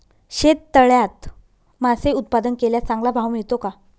शेततळ्यात मासे उत्पादन केल्यास चांगला भाव मिळतो का?